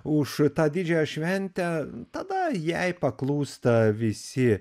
už tą didžiąją šventę tada jai paklūsta visi